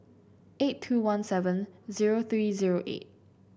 eight two one seven zero three zero eight